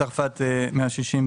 מצרפת 160,